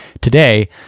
today